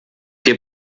wir